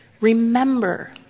Remember